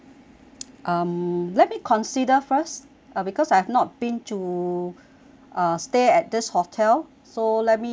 um let me consider first uh because I've not been to uh stay at this hotel so let me